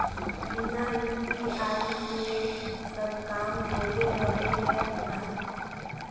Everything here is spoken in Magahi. बिना यु.पी.आई के सब काम होबे रहे है ना?